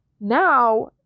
Now